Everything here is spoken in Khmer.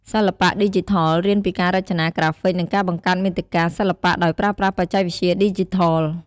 សិល្បៈឌីជីថល រៀនពីការរចនាក្រាហ្វិក និងការបង្កើតមាតិកាសិល្បៈដោយប្រើប្រាស់បច្ចេកវិទ្យាឌីជីថល។